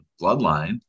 bloodline